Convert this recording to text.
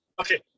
Okay